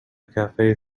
cafe